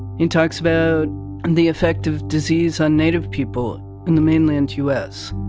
he talks about and the effect of disease on native people in the mainland u s,